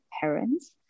parents